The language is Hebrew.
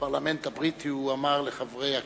בפרלמנט הבריטי הוא אמר לחברי הפרלמנט: